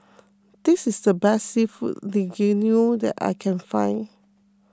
this is the best Seafood Linguine that I can find